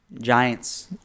Giants